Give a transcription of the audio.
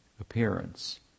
appearance